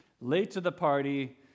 late-to-the-party